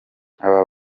aba